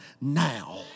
now